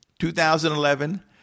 2011